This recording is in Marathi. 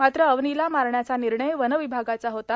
मात्र अवनीला मारण्याचा निर्णय वन विभागाचा होता